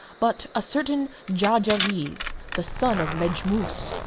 but a certain jarjarees, the son of rejmoos,